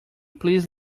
please